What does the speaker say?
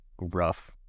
rough